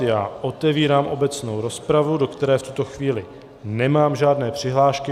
Já otevírám obecnou rozpravu, do které v tuto chvíli nemám žádné přihlášky.